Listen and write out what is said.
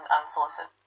unsolicited